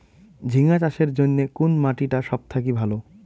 ঝিঙ্গা চাষের জইন্যে কুন মাটি টা সব থাকি ভালো?